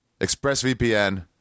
expressvpn